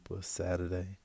Saturday